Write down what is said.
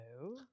Hello